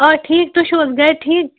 آ ٹھیٖک تُہۍ چھِو حظ گَرِ ٹھیٖک